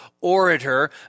orator